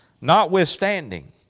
Notwithstanding